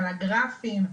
על הגרפים,